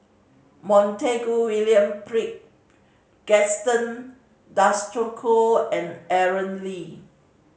Montague William Gaston Dutronquoy and Aaron Lee